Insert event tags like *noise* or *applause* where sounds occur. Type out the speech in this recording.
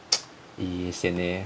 *noise* um sian eh